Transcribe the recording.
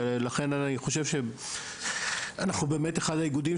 לכן אני חושב שאנחנו באמת אחד האיגודים,